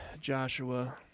Joshua